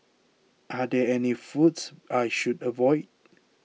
are there any foods I should avoid